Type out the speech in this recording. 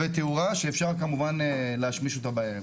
ותאורה, שאפשר כמובן להשמיש אותה בערב.